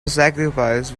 sacrifice